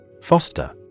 Foster